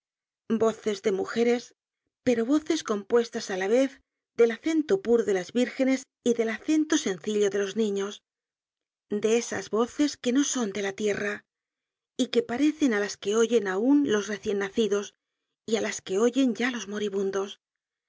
voces de mujeres pero voces compuestas á la vez del acento puro de las vírgenes y del acento sencillo de los niños de esas voces que no son de la tierra y que parecen á las que oyen aun los recien nacidos y á las que oyen ya los moribundos